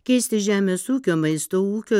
keisti žemės ūkio maisto ūkio